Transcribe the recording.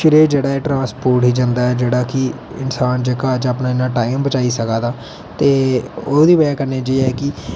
श्रेय जेहड़ा ऐ ओह् ट्रांसपोर्ट गी जंदा ऐ कि इंसान जेहड़ा इन्ना अपना टाइम बचाई सका दा ऐ ओहदी बजह कन्नै ऐ है कि